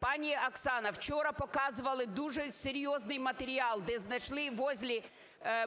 Пані Оксано, вчора показували дуже серйозний матеріал, де знайшли возле